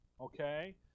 okay